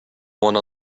one